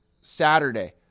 saturday